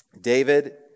David